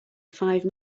five